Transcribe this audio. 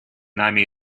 нами